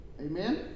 Amen